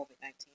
COVID-19